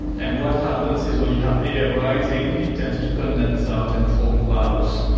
and what happens is when you have air rising it tends to condense out and form clouds.